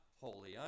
holy